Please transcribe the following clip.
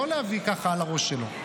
לא להביא ככה על הראש שלו.